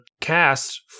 cast